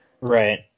Right